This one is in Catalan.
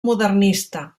modernista